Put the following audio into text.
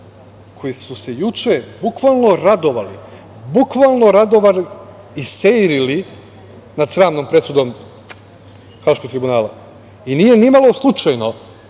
koji su se juče bukvalno radovali, bukvalno radovali i seirili nad sramnom presudom Haškog tribunala.I nije ni malo slučajno